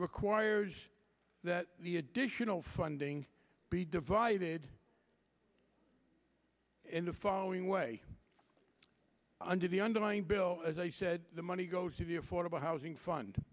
requires that the additional funding be divided in the following way under the underlying bill as i said the money goes to the affordable housing fund